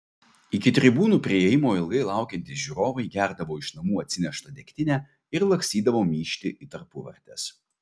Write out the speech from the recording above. iki tribūnų priėjimo ilgai laukiantys žiūrovai gerdavo iš namų atsineštą degtinę ir lakstydavo myžti į tarpuvartes